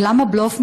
ולמה בלוף?